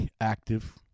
active